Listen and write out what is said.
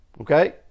okay